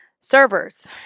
Servers